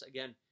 Again